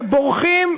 ובורחים,